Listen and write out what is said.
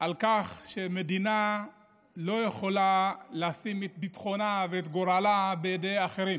על כך שהמדינה לא יכולה לשים את ביטחונה ואת גורלה בידי אחרים,